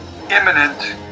imminent